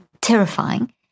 terrifying